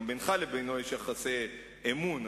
גם בינך לבינו יש יחסי אמון,